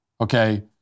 okay